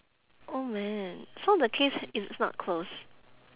old man so the case is not close